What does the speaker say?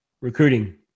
recruiting